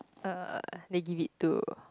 uh they give it to